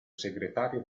segretario